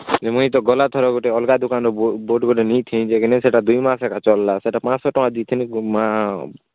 ମୁଇଁ ତ ଗଲାଥର ଗୋଟେ ଅଲଗା ଦୁକାନ୍ରୁ ବୁଟ୍ ଗୋଟେ ନେଇଥିଲି ଯେ କେନେ ସେଇଟା ଦୁଇ ମାସ୍ ଏକା ଚଲ୍ଲା ସେଇଟା ପାଞ୍ଚଶହ ଟଙ୍କା ଦେଇଥିଲିଁ ମା'